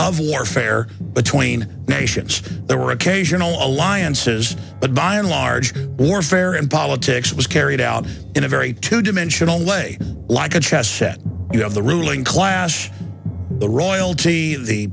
of warfare between nations there were occasional alliances but by and large warfare in politics was carried out in a very two the dimensional way like a chess set you have the ruling class the royalty